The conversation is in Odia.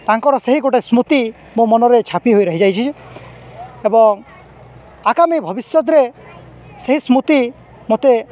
ତାଙ୍କର ସେହି ଗୋଟେ ସ୍ମୃତି ମୋ ମନରେ ଛାପି ହୋଇ ରହିଯାଇଛି ଏବଂ ଆଗାମୀ ଭବିଷ୍ୟତରେ ସେହି ସ୍ମୃତି ମୋତେ